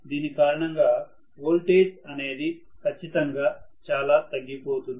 దీని కారణంగా వోల్టేజ్ అనేది ఖచ్చితంగా చాలా తగ్గిపోతుంది